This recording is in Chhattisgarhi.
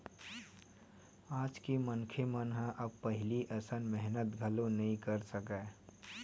आज के मनखे मन ह अब पहिली असन मेहनत घलो नइ कर सकय